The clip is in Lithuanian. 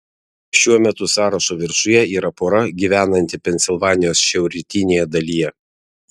šiuo metu sąrašo viršuje yra pora gyvenanti pensilvanijos šiaurrytinėje dalyje